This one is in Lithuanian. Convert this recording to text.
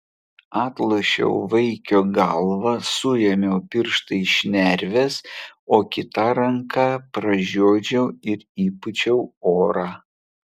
atlošiau vaikio galvą suėmiau pirštais šnerves o kita ranka pražiodžiau ir įpūčiau orą